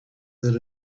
that